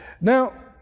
Now